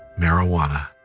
marijuana.